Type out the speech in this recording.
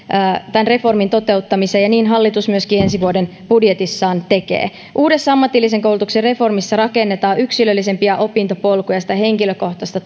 tämän reformin toteuttamiseen ja niin hallitus myöskin ensi vuoden budjetissaan tekee uudessa ammatillisen koulutuksen reformissa rakennetaan yksilöllisempiä opintopolkuja sitä henkilökohtaista